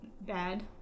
bad